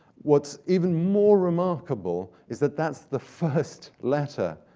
what's even more remarkable is that that's the first letter.